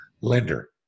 lender